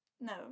No